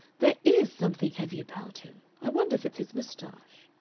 there is something heavy about him i wonder if it's his mustache?